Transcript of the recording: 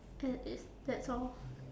that is that's all